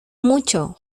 mucho